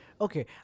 Okay